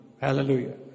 Hallelujah